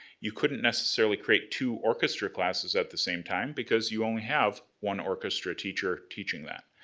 you couldn't necessarily create two orchestra classes at the same time because you only have one orchestra teacher teaching that.